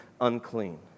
unclean